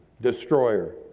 destroyer